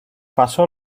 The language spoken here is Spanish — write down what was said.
pasó